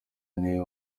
niwe